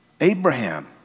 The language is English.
Abraham